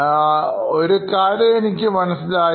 ഇന്നത്തെ പ്ലോട്ട് എനിക്ക് മനസ്സിലായി